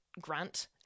grant